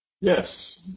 Yes